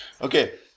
Okay